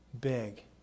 big